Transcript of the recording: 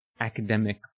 academic